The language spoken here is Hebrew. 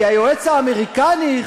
כי היועץ האמריקני,